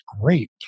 great